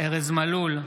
ארז מלול,